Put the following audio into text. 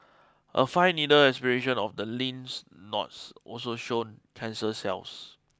a fine needle aspiration of the lymph nodes also showed cancer cells